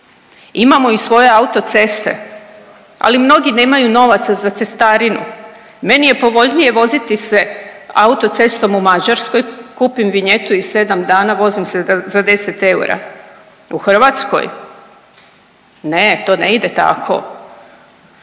Imamo i svoje autoceste, ali mnogi nemaju novaca za cestarinu. Meni je povoljnije voziti se autocestom u Mađarskoj, kupim vinjetu i 7 dana vozim se za 10 eura. U Hrvatskoj ne, to ne ide tako.